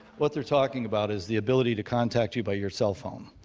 what they're talking about is the ability to contact you by your cell phone.